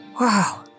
Wow